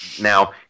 Now